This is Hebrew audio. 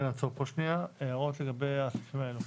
נעצור פה להערות לגבי הסעיפים האלו.